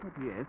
Yes